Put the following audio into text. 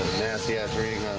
nasty ass reading